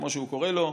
כמו שהוא קורא לו,